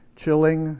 chilling